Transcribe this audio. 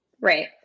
Right